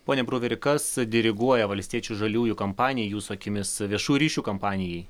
pone bruveri kas diriguoja valstiečių žaliųjų kompanijai jūsų akimis viešųjų ryšių kampanijai